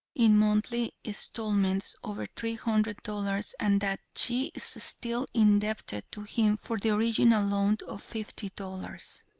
in monthly installments, over three hundred dollars and that she is still indebted to him for the original loan of fifty dollars.